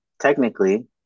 technically